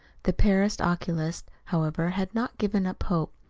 the paris oculist, however, had not given up hope.